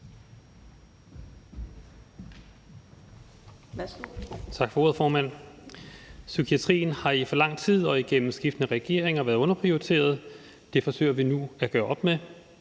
Tak for ordet, formand. Psykiatrien har i for lang tid og igennem skiftende regeringer været underprioriteret. Det forsøger vi nu at gøre op med.